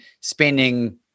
spending